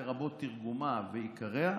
לרבות תרגומה ועיקריה,